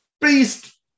beast